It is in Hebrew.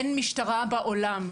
אין משטרה בעולם,